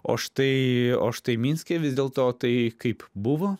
o štai o štai minske vis dėlto tai kaip buvo